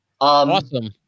Awesome